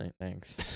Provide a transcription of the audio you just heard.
thanks